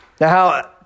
Now